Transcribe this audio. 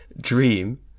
dream